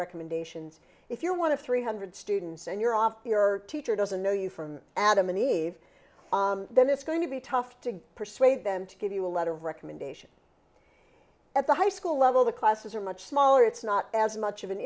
recommendations if you're one of three hundred students and you're off your teacher doesn't know you from adam and eve then it's going to be tough to persuade them to give you a letter of recommendation at the high school level the classes are much smaller it's not as much of an